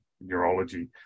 neurology